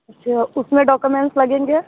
अच्छा उसमें डॉकुमेंट्स लगेंगे